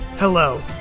Hello